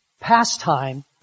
pastime